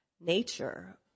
nature